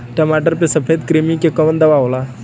टमाटर पे सफेद क्रीमी के कवन दवा होला?